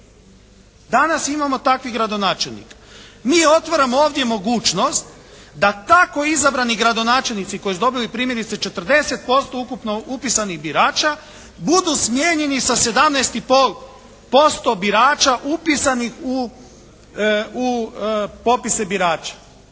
Danas imamo takvih gradonačelnika. Mi otvaramo ovdje mogućnost da tako izabrani gradonačelnici koji su dobili primjerice 40% ukupno upisanih birača budu smijenjeni sa 17 i pol posto birača upisanih u popise birača.